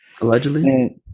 Allegedly